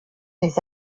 des